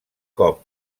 cop